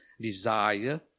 desire